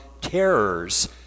terrors